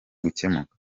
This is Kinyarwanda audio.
gukemuka